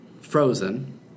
Frozen